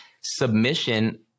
Submission